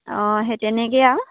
অঁ সেই তেনেকেই আৰু